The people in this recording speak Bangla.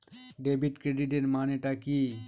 ডেবিট ক্রেডিটের মানে টা কি?